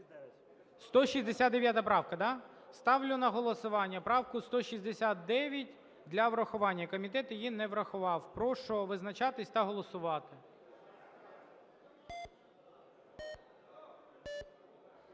169 правка, так? Ставлю на голосування правку 169 для врахування. Комітет її не врахував. Прошу визначатися та голосувати.